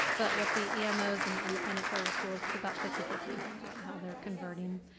but with the emos and the independent charter schools, it's about fifty fifty, about how they're converting.